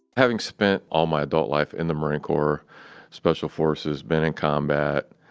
having spent all my adult life in the marine corps special forces, been in combat,